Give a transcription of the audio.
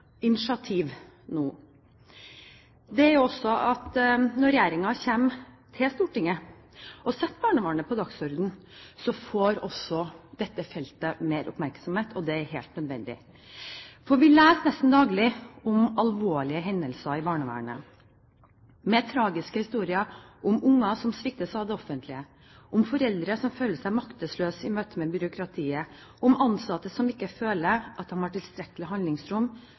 initiativ nå er jo at når regjeringen kommer til Stortinget og setter barnevernet på dagsordenen, får også dette feltet mer oppmerksomhet – og det er helt nødvendig. Vi leser nesten daglig om alvorlige hendelser i barnevernet, om tragiske historier der barn sviktes av det offentlige, om foreldre som føler seg maktesløse i møtet med byråkratiet, om ansatte som ikke føler at de har tilstrekkelig handlingsrom